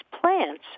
plants